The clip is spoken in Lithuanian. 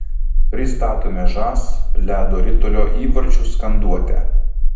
pristatome žas ledo ritulio įvarčių skanduotę